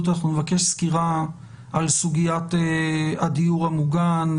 אנחנו נבקש סקירה על סוגיית הדיור המוגן,